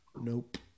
Nope